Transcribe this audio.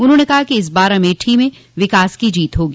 उन्होंने कहा कि इस बार अमेठी में विकास की जीत होगी